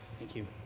thank you.